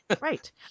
Right